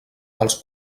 els